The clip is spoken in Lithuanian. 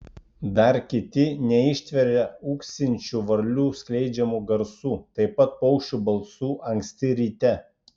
dar kiti neištveria ūksinčių varlių skleidžiamų garsų taip pat paukščių balsų anksti ryte